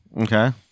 Okay